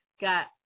got